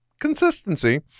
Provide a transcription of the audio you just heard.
consistency